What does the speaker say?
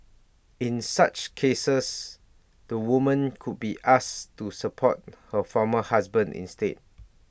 in such cases the woman could be asked to support her former husband instead